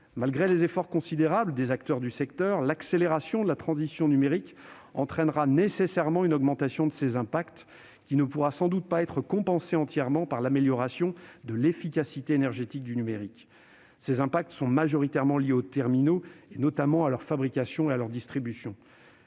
Malgré les efforts considérables des acteurs du secteur, l'accélération de la transition numérique entraînera nécessairement une augmentation de ses impacts, augmentation qui ne pourra sans doute pas être compensée entièrement par l'amélioration de l'efficacité énergétique du numérique. Ces impacts sont majoritairement liés aux terminaux, notamment à leur fabrication et à leur distribution.